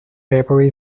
paper